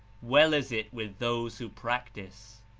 well is it with those who prac tice.